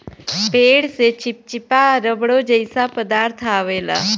पेड़ से चिप्चिपा रबड़ो जइसा पदार्थ अवेला